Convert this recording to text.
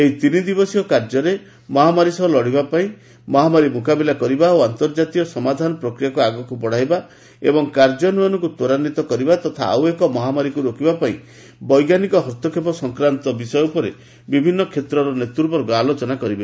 ଏହି ତ୍ରିବସୀୟ କାର୍ଯ୍ୟକ୍ରମରେ ମହାମାରୀ ସହ ଲଢ଼ିବା ଏବଂ ମହାମାରୀରା ମୁକାବିଲା କରିବା ଓ ଅତର୍ଜାତୀୟ ସମାଧାନ ପ୍ରକ୍ରିୟାକୁ ଆଗକୁ ବଡ଼ାଇବା ଏବଂ କାର୍ଯ୍ୟାନ୍ୱୟନକୁ ଭ୍ୱରାନ୍ୱିତ କରିବା ପାଇଁ ତଥା ଆଉ ଏକ ମହାମାରୀକୁ ରୋକିବା ପାଲଁ ବୈଞ୍ଚାନିକ ହସ୍କ୍ଷେପ ସଂକ୍ରାନ୍ତ ବିଷୟ ଉପରେ ବିଭିନ୍ନ କ୍ଷେତ୍ରର ନେତ୍ସବର୍ଗ ଆଲୋଚନା କରିବେ